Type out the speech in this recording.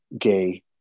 gay